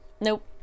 nope